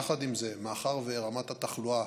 יחד עם זה, מאחר שרמת התחלואה